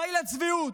די לצביעות.